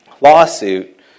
lawsuit